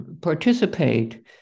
participate